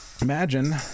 Imagine